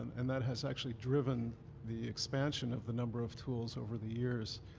and that has actually driven the expansion of the number of tools over the years.